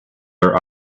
their